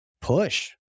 push